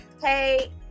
Hey